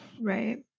Right